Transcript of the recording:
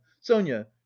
Sonya